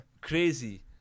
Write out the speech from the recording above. crazy